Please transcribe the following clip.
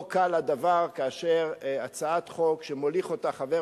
לא קל הדבר כאשר הצעת חוק שמוליך חבר